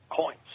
coins